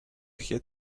head